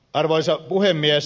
arvoisa puhemies